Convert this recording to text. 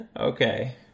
Okay